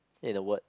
say the word